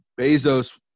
Bezos